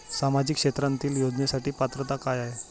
सामाजिक क्षेत्रांतील योजनेसाठी पात्रता काय आहे?